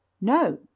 No